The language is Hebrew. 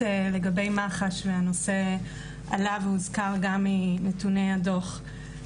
לגבי מח"ש והנושא עלה והוזכר גם מנתוני הדוח,